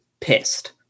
pissed